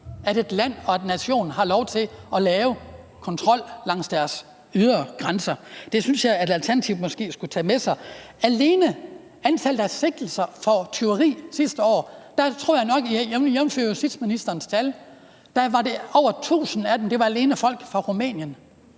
at et land og en nation har lov til at lave kontrol langs deres ydre grænser. Det synes jeg Alternativet måske skulle tage med sig. Alene antallet af sigtelser af folk fra Rumænien for tyveri sidste år var, tror jeg nok, jævnfør justitsministeren tal, over tusind. Og så står man bare hernede